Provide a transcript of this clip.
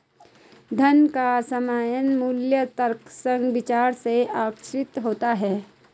धन का सामयिक मूल्य तर्कसंग विचार से आकर्षित होता है